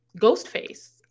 Ghostface